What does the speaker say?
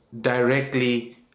directly